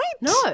No